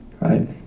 Right